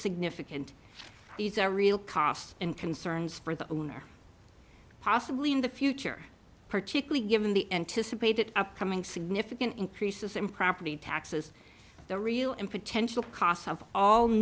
significant these are real costs and concerns for the owner possibly in the future particularly given the anticipated upcoming significant increases in property taxes the real and potential costs of all